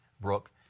Brooke